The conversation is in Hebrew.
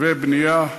ובנייה,